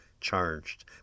charged